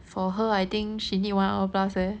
for her I think she need one hour plus leh